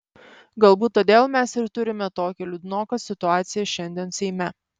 galbūt todėl mes ir turime tokią liūdnoką situaciją šiandien seime